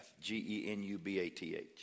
G-E-N-U-B-A-T-H